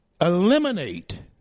eliminate